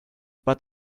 but